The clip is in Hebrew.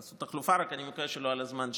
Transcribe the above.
תעשו תחלופה, רק אני מקווה שלא על הזמן שלי.